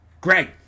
Greg